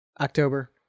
October